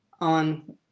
on